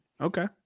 Okay